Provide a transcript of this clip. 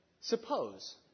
Suppose